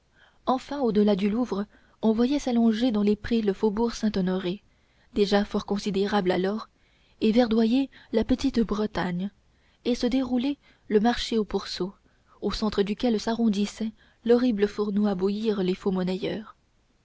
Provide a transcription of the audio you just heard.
enfin au delà du louvre on voyait s'allonger dans les prés le faubourg saint-honoré déjà fort considérable alors et verdoyer la petite bretagne et se dérouler le marché aux pourceaux au centre duquel s'arrondissait l'horrible fourneau à bouillir les faux-monnayeurs